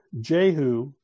Jehu